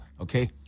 okay